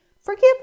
Forgive